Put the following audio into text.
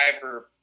driver